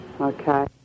okay